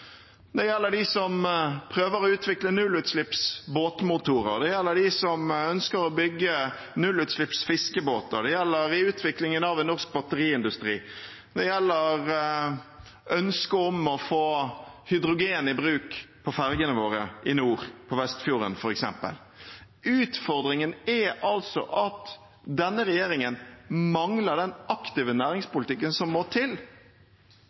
Det gjelder dem som prøver å utvikle nullutslippsbåtmotorer, det gjelder dem som ønsker å bygge nullutslippsfiskebåter, det gjelder i utviklingen av en norsk batteriindustri, det gjelder ønsket om å ta hydrogen i bruk på fergene våre i nord, f.eks. på Vestfjorden. Utfordringen er altså at denne regjeringen mangler den aktive næringspolitikken som må til